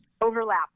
overlap